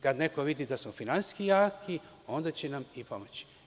Kad neko vidi da smo finansijski jaki, onda će nam i pomoći.